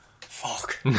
Fuck